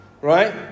Right